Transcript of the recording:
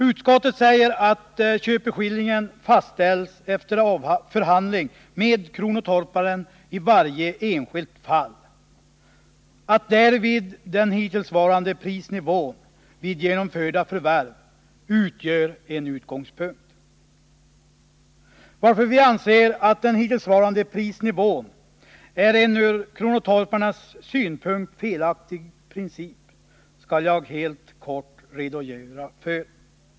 Utskottet säger att köpeskillingen även fortsättningsvis skall fastställas efter förhandling med kronotorparen i varje enskilt fall och att därvid den hittillsvarande prisnivån vid genomförda förvärv skall utgöra en utgångspunkt. Anledningen till att vi anser att utgångspunkten i den hittillsvarande prisnivån är en ur kronotorparnas synpunkt felaktig princip skall jag helt kort redogöra för.